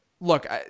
look